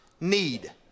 need